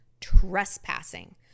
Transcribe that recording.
trespassing